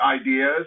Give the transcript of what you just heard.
ideas